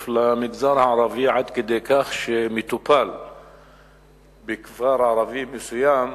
למגזר הערבי עד כדי כך שמטופל בכפר ערבי מסוים,